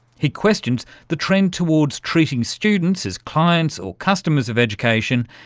he questions the trend toward treating students as clients or customers of education,